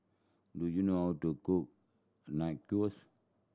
do you know how to cook Nachos